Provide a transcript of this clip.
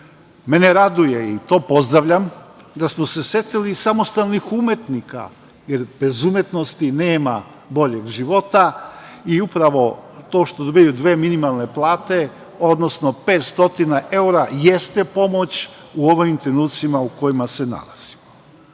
raduje, to pozdravljam, da su se setili samostalnih umetnika, jer bez umetnosti nema boljeg života i upravo to što dobijaju dve minimalne plate, odnosno 500 evra, jeste pomoć u ovim trenucima u kojima se nalazimo. Ono